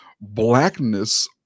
blackness